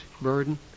burden